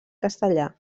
castellà